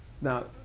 now